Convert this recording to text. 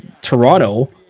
Toronto